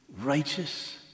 righteous